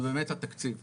זה באמת התקציב.